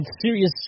serious